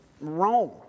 Rome